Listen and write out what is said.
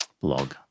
blog